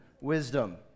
wisdom